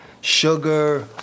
sugar